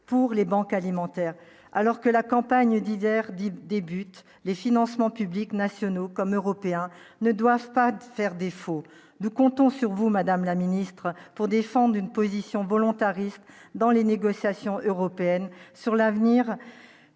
pour les banques alimentaires, alors que la campagne d'hivers Deep débutent les financements publics nationaux comme européens ne doivent pas faire défaut, nous comptons sur vous, Madame la Ministre, pour défendre une position volontariste dans les négociations européennes sur l'avenir